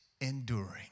Enduring